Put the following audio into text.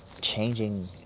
changing